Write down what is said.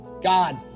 God